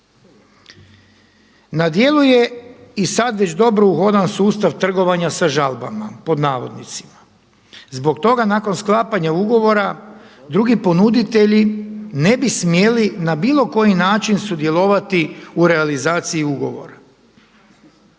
Na djelu je i sad već dobro uhodan sustav trgovanja sa žalbama pod navodnicima. Zbog toga nakon sklapanja ugovora drugi ponuditelji ne bi smjeli na bilo koji način sudjelovati u realizaciji ugovora.